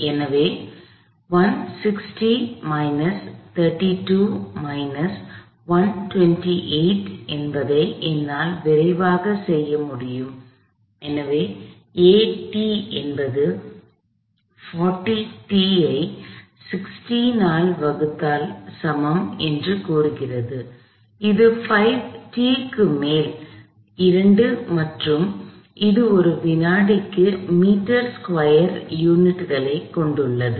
எனவே 160 minus 32 minus 128 என்பதை என்னால் விரைவாகச் செய்ய முடியும் எனவே a என்பது 40t ஐ 16 ஆல் வகுத்தால் சமம் என்று கூறுகிறது இது 5 t க்கு மேல் 2 மற்றும் இது ஒரு வினாடிக்கு மீட்டர் ஸ்கொயர் அலகுகளைக் கொண்டுள்ளது